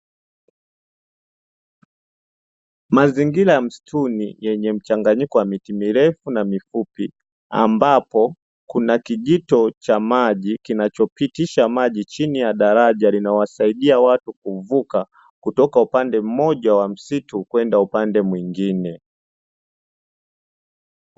Mazingira ya msituni yenye mchanganyiko wa miti mirefu na mifupi, ambapo kuna kijito cha maji kinachopitisha maji chini ya daraja, linalosaidia watu kuvuka kutoka upande mmoja wa msitu kwenda upande mwingine.